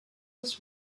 was